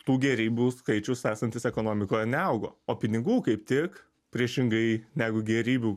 tų gėrybių skaičius esantis ekonomikoje neaugo o pinigų kaip tik priešingai negu gėrybių